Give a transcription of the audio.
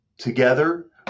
together